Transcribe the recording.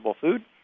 food